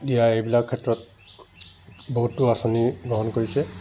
দিয়া এইবিলাক ক্ষেত্ৰত বহুতো আঁচনি গ্ৰহণ কৰিছে